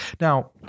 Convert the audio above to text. now